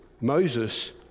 Moses